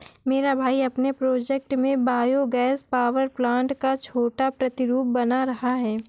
मेरा भाई अपने प्रोजेक्ट में बायो गैस पावर प्लांट का छोटा प्रतिरूप बना रहा है